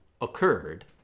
occurred